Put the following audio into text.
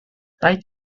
tight